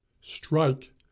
Strike